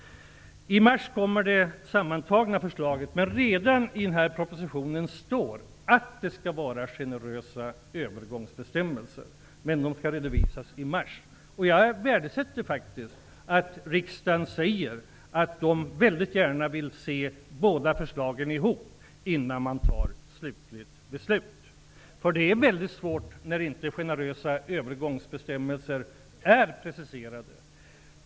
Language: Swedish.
I mars kommer det sammanfattande förslaget, men redan i den här propositionen står det att det skall vara generösa övergångsbestämmelser, som alltså skall redovisas i mars. Jag värdesätter faktiskt att riksdagen säger att man väldigt gärna vill se båda förslagen ihop innan man fattar det slutliga beslutet. Det är väldigt svårt när det inte preciseras vad som menas med ''generösa övergångsbestämmelser''.